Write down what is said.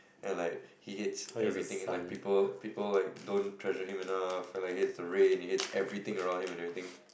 then like he hates everything like people people like don't treasure him enough and he hates the rain hates everything around him and everything